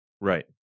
Right